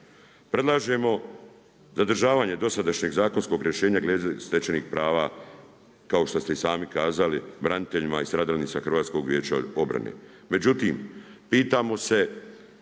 Predlažemo zadržavanje dosadašnjeg zakonskog rješenja glede stečenih prava, kao što ste i sami kazali braniteljima i stradalnicima HVO-a.